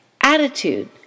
Attitude